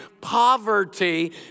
poverty